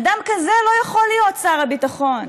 אדם כזה לא יכול להיות שר הביטחון,